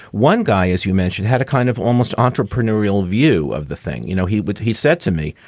one guy, as you mentioned, had a kind of almost entrepreneurial view of the thing. you know, he would he said to me,